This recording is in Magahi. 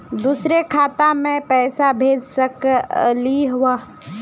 दुसरे खाता मैं पैसा भेज सकलीवह?